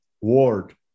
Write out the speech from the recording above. word